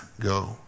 go